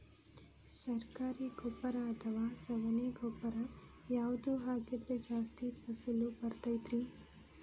ಸರಕಾರಿ ಗೊಬ್ಬರ ಅಥವಾ ಸಗಣಿ ಗೊಬ್ಬರ ಯಾವ್ದು ಹಾಕಿದ್ರ ಜಾಸ್ತಿ ಫಸಲು ಬರತೈತ್ರಿ?